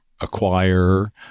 acquire